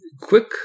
quick